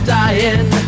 dying